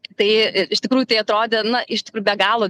tai iš tikrųjų tai atrodė na iš tikrųjų be galo